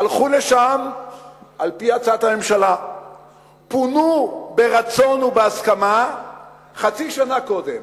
הלכו לשם על-פי הצעת הממשלה ופונו ברצון ובהסכמה חצי שנה קודם.